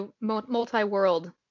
multi-world